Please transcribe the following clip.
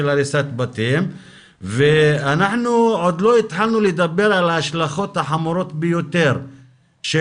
הריסת בתים ואנחנו עוד לא התחלנו לדבר על ההשלכות החמורות ביותר של